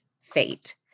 fate